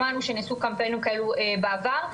שמענו שנעשו קמפיינים כאלו בעבר.